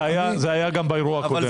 זה היה גם באירוע הקודם.